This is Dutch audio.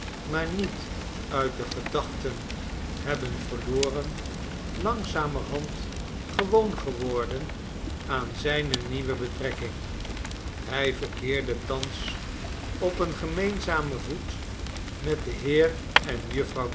maar niet uit de gedachten hebben verloren langzamerhand gewoon geworden aan zijne nieuwe betrekking hij verkeerde thans op een gemeenzamen voet met den heer en